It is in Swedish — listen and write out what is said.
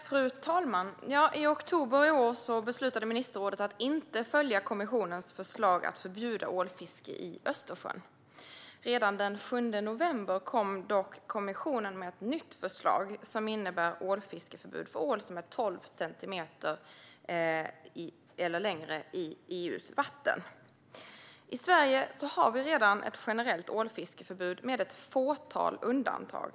Fru talman! I oktober i år beslutade ministerrådet att inte följa kommissionens förslag om att förbjuda ålfiske i Östersjön. Redan den 7 november kom dock kommissionen med ett nytt förslag som innebär ålfiskeförbud i EU:s vatten för ål som är tolv centimeter eller längre. I Sverige har vi redan ett generellt ålfiskeförbud med ett fåtal undantag.